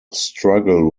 struggle